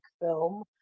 film